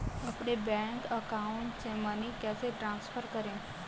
अपने bank account से money कैसे ट्रांसफर करें?